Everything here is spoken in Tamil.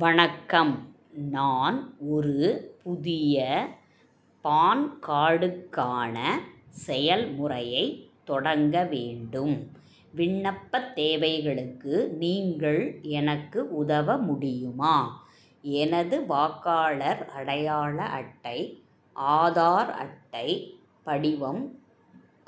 வணக்கம் நான் ஒரு புதிய பான் கார்டுக்கான செயல்முறையைத் தொடங்க வேண்டும் விண்ணப்பத் தேவைகளுக்கு நீங்கள் எனக்கு உதவ முடியுமா எனது வாக்காளர் அடையாள அட்டை ஆதார் அட்டை படிவம்